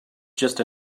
just